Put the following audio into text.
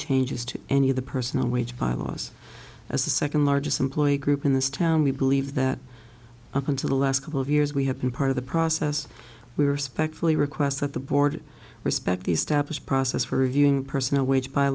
changes to any of the personal wage bylaws as the second largest employer group in this town we believe that up until the last couple of years we have been part of the process we respectfully request that the board respect the established process for reviewing personal wage